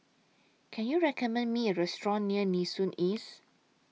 Can YOU recommend Me A Restaurant near Nee Soon East